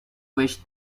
wish